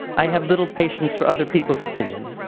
i have little patience for other people's opinion.